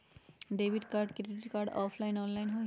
Debit card credit card offline online होई?